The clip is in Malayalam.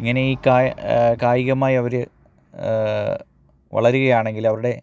ഇങ്ങനെ ഇക്കാ കായികമായവര് വളരുകയാണെങ്കില് അവരുടെ